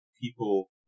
people